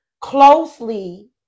closely